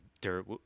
dirt